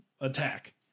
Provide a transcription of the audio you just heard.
attack